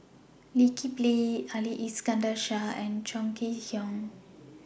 Lee Kip Lee Ali Iskandar Shah and Chong Kee Hiong